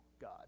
God